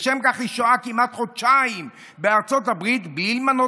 לשם כך היא שוהה כמעט חודשיים בארצות הברית בלי למנות